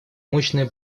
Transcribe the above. мощная